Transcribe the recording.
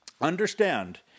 understand